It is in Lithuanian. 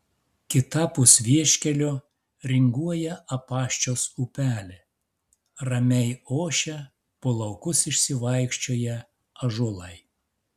kitapus vieškelio ringuoja apaščios upelė ramiai ošia po laukus išsivaikščioję ąžuolai